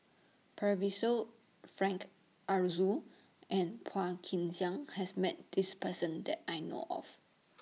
Percival Frank Aroozoo and Phua Kin Siang has Met This Person that I know of